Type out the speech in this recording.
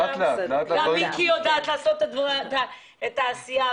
מיקי יודעת לפעול בעניין הזה.